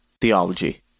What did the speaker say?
Theology